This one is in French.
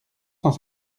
sans